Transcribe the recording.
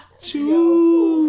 choose